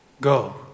go